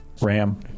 Ram